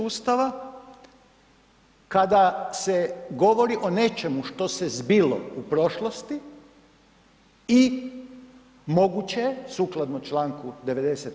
Ustava kada se govori o nečemu što se zbilo u prošlosti i moguće je sukladno čl. 90.